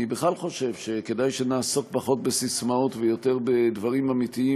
אני בכלל חושב שכדאי שנעסוק פחות בססמאות ויותר בדברים אמיתיים,